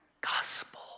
gospel